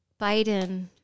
Biden